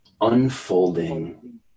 unfolding